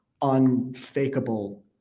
unfakeable